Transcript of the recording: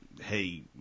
Hey